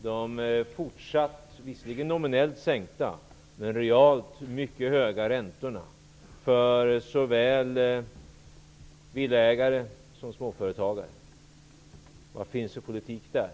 och de visserligen nominellt sänkta men fortsatt realt mycket höga räntorna för såväl villaägare som småföretagare. Vad finns det för politik där?